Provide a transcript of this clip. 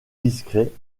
discret